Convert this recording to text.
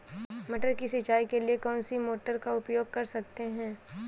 मटर की सिंचाई के लिए कौन सी मोटर का उपयोग कर सकते हैं?